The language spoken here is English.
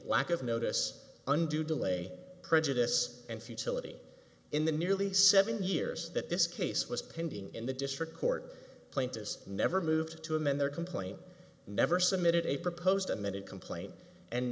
lack of notice undue delay prejudice and futility in the nearly seventy hears that this case was pending in the district court plaintiffs never moved to amend their complaint never submitted a proposed amended complaint and